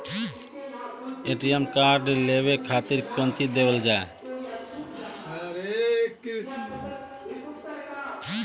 ATM card लेवे के खातिर कौंची देवल जाए?